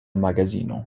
magazino